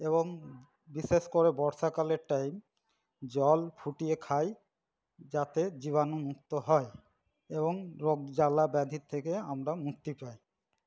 এবং বিশেষ করে বর্ষা কালের টাইম জল ফুটিয়ে খাই যাতে জীবাণু মুক্ত হয় এবং রোগ জ্বালা ব্যাধি থেকে আমরা মুক্তি পাই